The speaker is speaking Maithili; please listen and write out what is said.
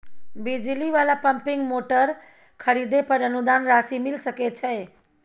बिजली वाला पम्पिंग मोटर खरीदे पर अनुदान राशि मिल सके छैय?